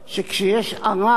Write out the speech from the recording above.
כשיש ערר,